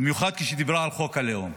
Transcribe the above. במיוחד כשדיברה על חוק הלאום.